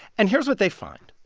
and here's what they find.